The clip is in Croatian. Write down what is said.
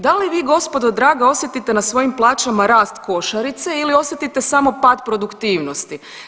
Da li vi gospodo draga osjetite na svojim plaćama rast košarice ili osjetite samo pad produktivnosti?